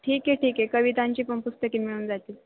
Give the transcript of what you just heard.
ठीक आहे ठीक आहे कवितांची पण पुस्तके मिळून जातील